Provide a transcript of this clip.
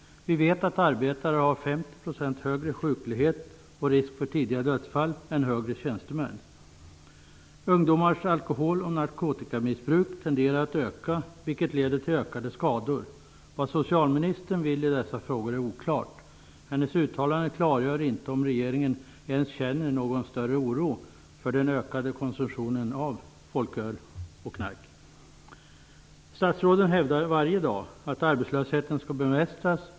Vi vet att arbetare har 50 % högre sjuklighet och risk för tidigare dödsfall än högre tjänstemän har. Ungdomars alkohol och narkotikamissbruk tenderar att öka, vilket leder till ökade skador. Vad socialministern vill i dessa frågor är oklart. Hennes uttalanden klargör inte om regeringen ens känner någon större oro för den ökade konsumtionen av folköl och knark. Statsråden hävdar varje dag att arbetslösheten skall bemästras.